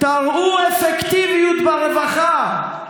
תראו אפקטיביות ברווחה.